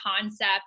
concept